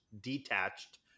detached